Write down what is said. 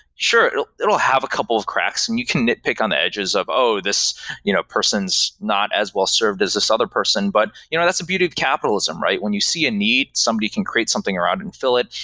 sure, it will have a couple of cracks and you can nitpick on the edges of, oh! this you know person's not as well-served as this other person, but you know that's the beauty of capitalism, right? when you see a need somebody can create something around and fill it,